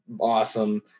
awesome